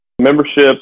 Membership